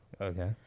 Okay